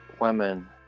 women